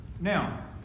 Now